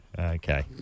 Okay